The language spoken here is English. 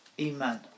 Iman